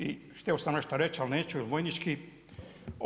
I htio sam nešto reći ali neću, vojnički.